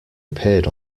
appeared